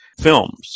films